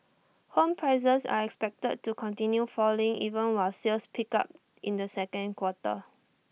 home prices are expected to continue falling even while sales picked up in the second quarter